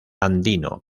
andino